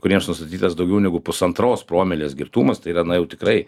kuriems nustatytas daugiau negu pusantros promilės girtumas tai yra na jau tikrai